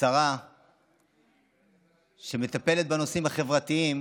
לשרה שמטפלת בנושאים החברתיים